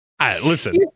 listen